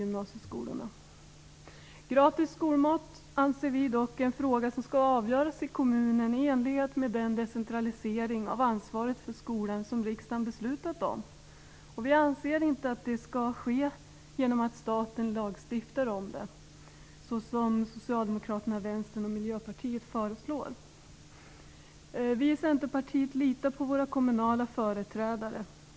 Gratis skolmat är dock en fråga som skall avgöras av kommunerna i enlighet med den decentralisering av ansvaret för skolan som riksdagen beslutat om. Vi anser inte att det skall ske genom en statlig lagstiftning såsom Socialdemokraterna, Vänstern och Miljöpartiet föreslår. Vi i Centerpartiet litar på våra kommunala företrädare.